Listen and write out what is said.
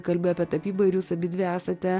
kalbi apie tapybą ir jūs abidvi esate